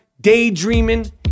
daydreaming